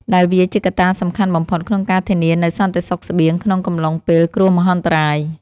ដែលវាជាកត្តាសំខាន់បំផុតក្នុងការធានានូវសន្តិសុខស្បៀងក្នុងកំឡុងពេលគ្រោះមហន្តរាយ។